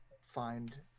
find